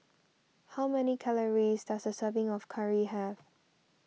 how many calories does a serving of Curry have